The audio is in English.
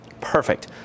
Perfect